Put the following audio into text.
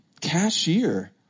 cashier